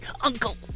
uncle